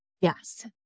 Yes